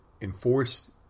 enforce